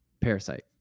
parasite